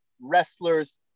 wrestlers